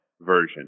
version